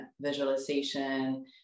visualization